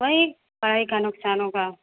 وہی پڑھائی کا نقصان ہوگا